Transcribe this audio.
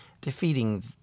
defeating